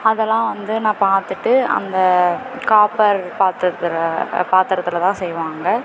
அதெல்லாம் வந்து நான் பார்த்துட்டு அந்த காப்பர் பாத்திரத்தில் பாத்திரத்தில் தான் செய்வாங்க